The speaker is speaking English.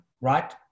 right